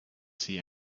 see